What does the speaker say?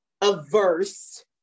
averse